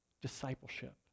discipleship